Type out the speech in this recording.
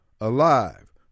alive